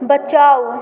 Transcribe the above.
बचाउ